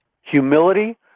Humility